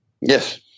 Yes